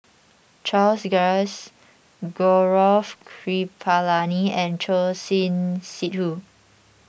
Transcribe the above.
Charles Dyce Gaurav Kripalani and Choor Singh Sidhu